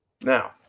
Now